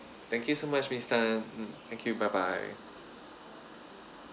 thank you so much miss tan um thank you bye bye